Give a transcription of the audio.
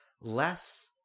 less